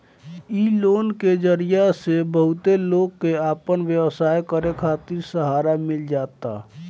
इ लोन के जरिया से बहुते लोग के आपन व्यवसाय करे खातिर सहारा मिल जाता